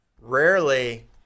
rarely